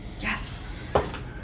Yes